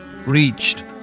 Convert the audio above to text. reached